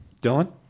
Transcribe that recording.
Dylan